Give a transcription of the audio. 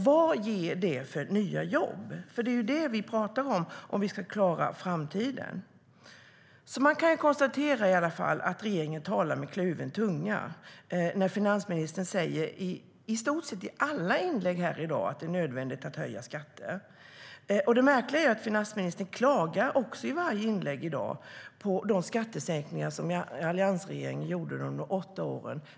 Vad ger det för nya jobb? Det är ju det vi pratar om, om vi ska klara framtiden. Man kan i alla fall konstatera att regeringen talar med kluven tunga. Finansministern har i stort sett i alla inlägg här i dag sagt att det är nödvändigt att höja skatter. Finansministern klagar också i varje inlägg i dag på de skattesänkningar som alliansregeringen gjorde under de åtta åren.